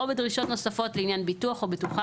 או בדרישות נוספות לעניין ביטוח או בטוחה